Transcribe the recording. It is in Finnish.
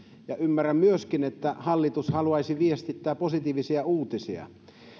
ja ymmärrän myöskin että hallitus haluaisi viestittää positiivisia uutisia